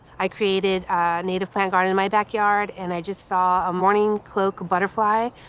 i created a native plant garden in my backyard, and i just saw a mourning cloak butterfly,